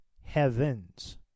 heavens